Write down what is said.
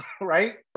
right